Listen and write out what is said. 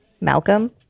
Malcolm